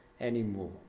anymore